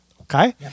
okay